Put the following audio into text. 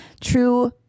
true